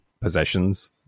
possessions